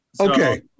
Okay